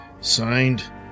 Signed